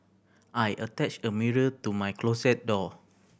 I attached a mirror to my closet door